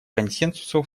консенсусу